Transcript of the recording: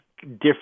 different